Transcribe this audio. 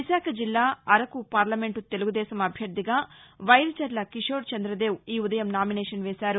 విశాఖ జిల్లా అరకు పార్లమెంట్ తెలుగుదేశం అభ్యర్థిగా వైరిచర్ల కిశోర్ చంద్రదేవ్ ఈ ఉదయం నామినేషన్ వేశారు